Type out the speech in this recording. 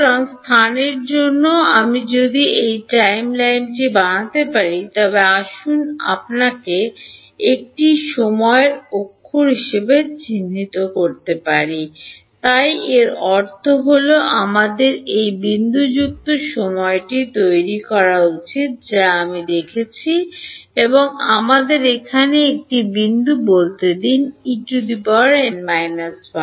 সুতরাং স্থানের জন্যও যদি আমি একটি টাইমলাইন বানাতে পারি তবে আসুন আপনাকে একটি সময়কে অক্ষর হিসাবে চিহ্নিত করতে পারি তাই এর অর্থ হল আমাদের এটির বিন্দুযুক্ত সময়টি তৈরি করা উচিত যা আমি দেখছি এবং আমাদের এখানে একটি বিন্দু বলতে দিন En 1